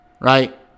Right